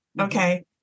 okay